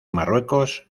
marruecos